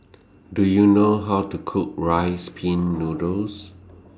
Do YOU know How to Cook Rice Pin Noodles